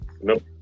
Nope